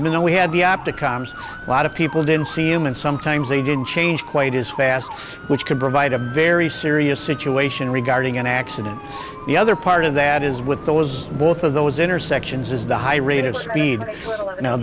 even though we had the optic coms a lot of people didn't see him and sometimes they didn't change quite as fast which could provide a very serious situation regarding an accident the other part of that is with those both of those intersections is the high rate of speed now